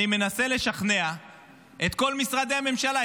אני מנסה לשכנע את כל משרדי הממשלה,